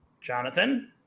Jonathan